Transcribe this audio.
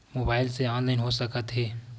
Mobile से online हो सकत हे?